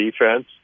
defense